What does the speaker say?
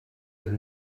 elle